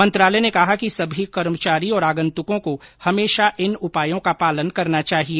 मंत्रालय ने कहा कि सभी कर्मचारी और आगन्तकों को हमेशा इन उपायों का पालन करना चाहिए